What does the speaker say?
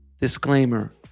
Disclaimer